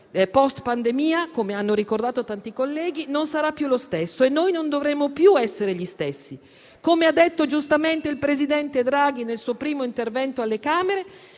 *post* pandemia, come hanno ricordato tanti colleghi, non sarà più lo stesso e noi non dovremo più essere gli stessi. Come ha detto giustamente il presidente Draghi nel suo primo intervento alle Camere,